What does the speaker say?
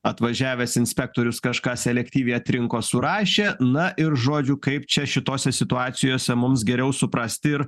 atvažiavęs inspektorius kažką selektyviai atrinko surašė na ir žodžiu kaip čia šitose situacijose mums geriau suprasti ir